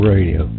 Radio